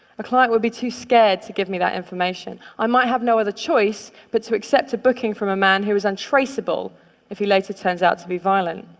a client would be too scared to give me that information. i might have no other choice but to accept a booking from a man who is untraceable if he later turns out to be violent.